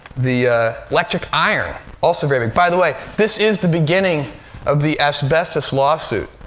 the electric iron, also very big. by the way, this is the beginning of the asbestos lawsuit.